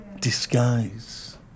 disguise